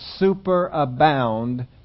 superabound